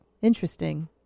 Interesting